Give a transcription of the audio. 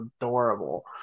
adorable